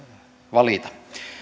valita